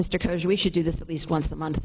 mr we should do this at least once a month